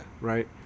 right